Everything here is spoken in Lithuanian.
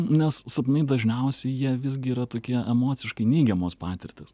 nes sapnai dažniausiai jie visgi yra tokie emociškai neigiamos patirtys